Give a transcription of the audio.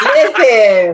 Listen